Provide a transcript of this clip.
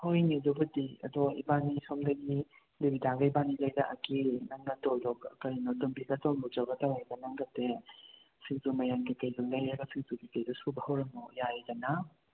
ꯍꯣꯏꯅꯦ ꯑꯗꯨꯕꯨꯗꯤ ꯑꯗꯣ ꯏꯕꯥꯏꯅꯤ ꯁꯣꯝꯗꯒꯤ ꯗꯦꯕꯤꯇꯥꯒ ꯏꯕꯥꯏꯅꯤ ꯂꯩꯔꯛꯑꯒꯦ ꯅꯪꯅ ꯇꯣꯟꯗꯣꯟꯒ ꯀꯔꯤꯅꯣ ꯇꯣꯝꯕꯤꯒ ꯇꯣꯃꯆꯧꯒ ꯇꯧꯔꯒ ꯅꯪꯒꯅꯦ ꯁꯤꯡꯖꯨ ꯃꯌꯥꯟ ꯀꯩꯀꯩꯗꯣ ꯂꯩꯔꯒ ꯁꯤꯡꯖꯨ ꯀꯩꯀꯩꯗꯣ ꯁꯨꯕ ꯍꯧꯔꯝꯃꯣ ꯌꯥꯔꯦꯗꯅ